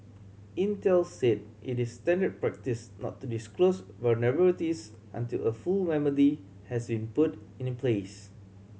Intel said it is standard practice not to disclose vulnerabilities until a full remedy has been put in the place